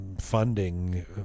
funding